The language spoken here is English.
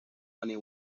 drummer